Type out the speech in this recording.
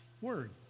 word